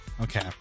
Okay